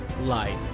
life